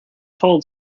told